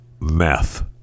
meth